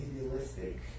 idealistic